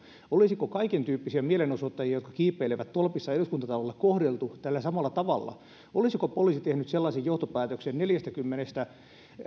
olisiko kaikentyyppisiä mielenosoittajia jotka kiipeilevät tolpissa eduskuntatalolla kohdeltu tällä samalla tavalla olisiko poliisi tehnyt sellaisen johtopäätöksen neljäkymmentä